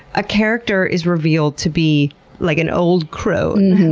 a character is revealed to be like an old crone.